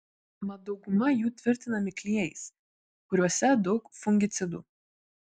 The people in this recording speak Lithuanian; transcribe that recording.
mat dauguma jų tvirtinami klijais kuriuose daug fungicidų